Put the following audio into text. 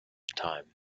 time